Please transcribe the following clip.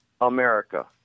America